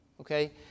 Okay